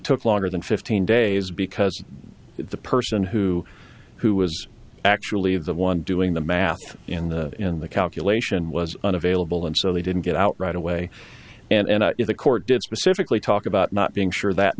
took longer than fifteen days because the person who who was actually the one doing the math in the in the calculation was unavailable and so they didn't get out right away and the court did specifically talk about not being sure that